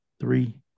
three